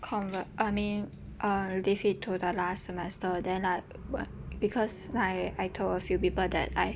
convert I mean uh leave it to the last semester then like when because like I told a few people that I